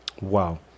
Wow